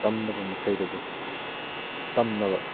ꯇꯝꯗꯕ ꯃꯈꯩꯗꯨꯕꯨ ꯇꯝꯅꯕ